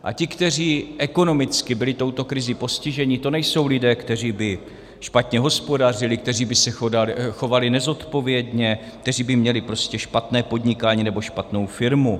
A ti, kteří ekonomicky byli touto krizí postiženi, to nejsou lidé, kteří by špatně hospodařili, kteří by se chovali nezodpovědně, kteří by měli prostě špatné podnikání nebo špatnou firmu.